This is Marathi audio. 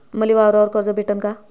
मले वावरावर कर्ज भेटन का?